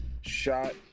shot